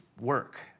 work